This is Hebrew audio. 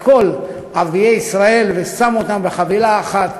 כל ערביי ישראל ושם אותם בחבילה אחת,